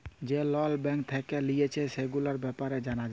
যে লল ব্যাঙ্ক থেক্যে লিয়েছে, সেগুলার ব্যাপারে জালা যায়